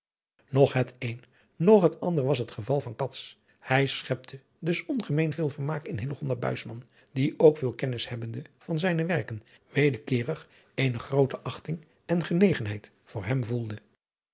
noch het een noch het ander was het geval van cats hij schepte dus ongemeen veel vermaak in hillegonda buisman die ook veel kennis hebbende aan zijne werken wederkeerig eene groote achting en genegenheid voor hem voedde